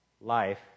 life